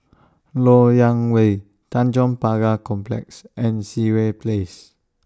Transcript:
Lok Yang Way Tanjong Pagar Complex and Sireh Place